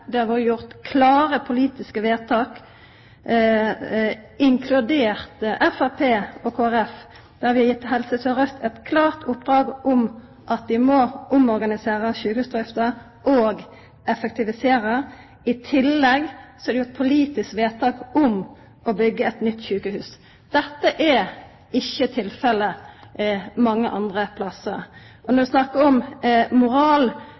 Det har vore gjort klare politiske vedtak, Framstegspartiet og Kristeleg Folkeparti inkludert, der vi har gitt Helse SørØst det klare oppdrag at dei må omorganisera sjukehusdrifta og effektivisera. I tillegg er det gjort politisk vedtak om å byggja eit nytt sjukehus. Dette er ikkje tilfellet mange andre stader. Og når ein snakkar om moral